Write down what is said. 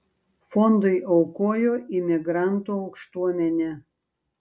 fondui aukojo imigrantų aukštuomenė